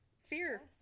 fear